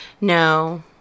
No